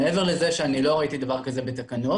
מעבר לזה שלא ראיתי דבר כזה בתקנות.